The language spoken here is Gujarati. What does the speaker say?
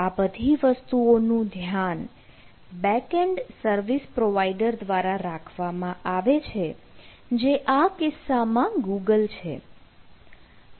આ બધી વસ્તુઓ નું ધ્યાન બેક એન્ડ સર્વિસ પ્રોવાઇડર દ્વારા રાખવામાં આવે છે જે આ કિસ્સામાં ગૂગલ છે